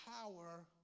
power